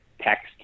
text